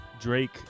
Drake